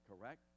correct